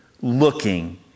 looking